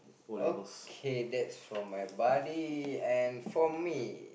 okay that's for my buddy and for me